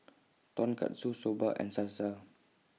Tonkatsu Soba and Salsa